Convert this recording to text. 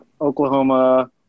Oklahoma